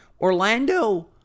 Orlando